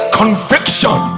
conviction